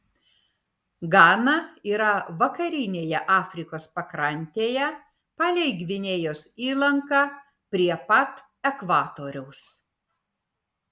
gana yra vakarinėje afrikos pakrantėje palei gvinėjos įlanką prie pat ekvatoriaus